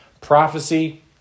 Prophecy